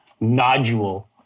nodule